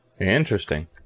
Interesting